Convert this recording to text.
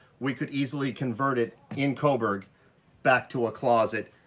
we could easily convert it in coburg back to a closet.